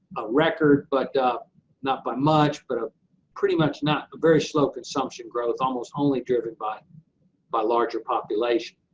a record, but not by much, but pretty much not, very slow consumption growth almost only driven by by larger population.